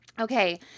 Okay